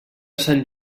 sant